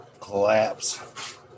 collapse